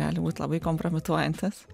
gali būt labai kompromituojantis